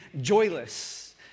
joyless